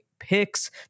picks